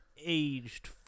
aged